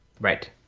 Right